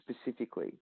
specifically